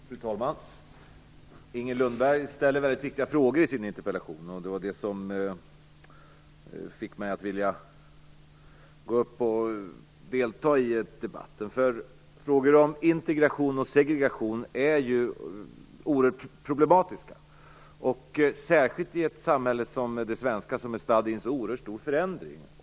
Fru talman! Inger Lundberg ställer mycket viktiga frågor i sin interpellation. Det var det som fick mig att vilja delta i debatten. Frågor om integration och segregation är ju oerhört problematiska, särskilt i ett samhälle som det svenska, som är statt i en så oerhört stor förändring.